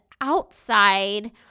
outside